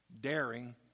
daring